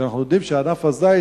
שאנחנו יודעים שענף הזית,